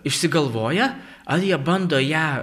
išsigalvoja ar jie bando ją